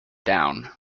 down